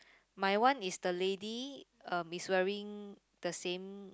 my one is the lady uh is wearing the same